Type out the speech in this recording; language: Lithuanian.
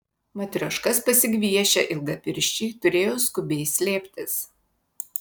matrioškas pasigviešę ilgapirščiai turėjo skubiai slėptis